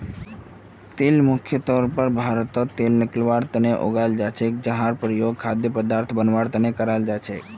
तिल भारतत मुख्य रूप स तेल निकलवार तना उगाल जा छेक जहार प्रयोग खाद्य पदार्थक बनवार तना कराल जा छेक